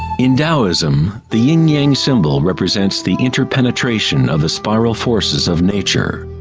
in taoism, the yin yang symbol represents the inter-penetration of the spiral forces of nature.